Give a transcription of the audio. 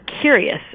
curious